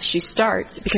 she starts because